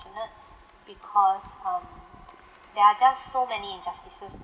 because um there are just so many injustices